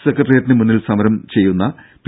സെക്രട്ടേറിയറ്റിന് മുന്നിൽ സമരം നടത്തുന്ന പി